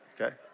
okay